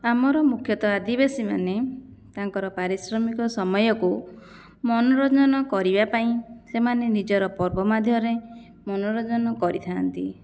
ଆମର ମୁଖ୍ୟତଃ ଆଦିବାସୀ ମାନେ ତାଙ୍କର ପାରିଶ୍ରମିକ ସମୟକୁ ମୋନରଞ୍ଜନ କରିବାପାଇଁ ସେମାନେ ନିଜର ପର୍ବ ମାଧ୍ୟମରେ ମନୋରଞ୍ଜନ କରିଥାନ୍ତି